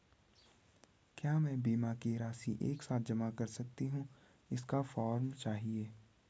क्या मैं बीमा की राशि एक साथ जमा कर सकती हूँ इसका फॉर्म चाहिए?